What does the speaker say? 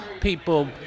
people